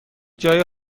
جای